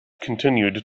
continued